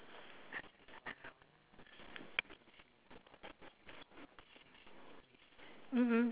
mm mm